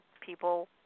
people